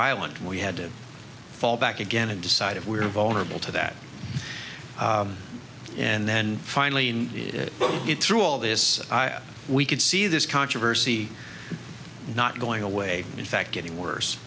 island and we had to fall back again and decide if we were vulnerable to that and then finally in it through all this we could see this controversy not going away in fact getting worse